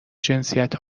جنسیت